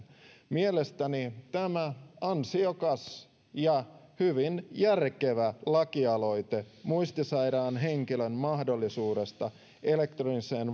mielestäni tämä ansiokas ja hyvin järkevä lakialoite muistisairaan henkilön mahdollisuudesta elektroniseen